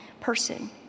person